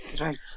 Right